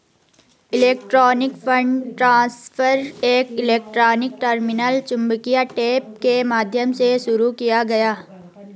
electronic fund transfer एक electronic terminal चुंबकीय tape के माध्यम से शुरू किया गया